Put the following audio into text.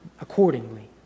accordingly